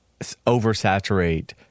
oversaturate